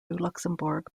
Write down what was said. luxembourg